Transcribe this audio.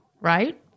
Right